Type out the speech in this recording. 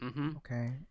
Okay